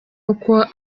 uko